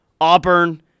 Auburn